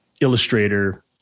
illustrator